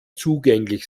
zugänglich